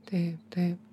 taip taip